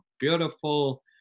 beautiful